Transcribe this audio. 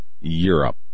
Europe